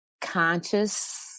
conscious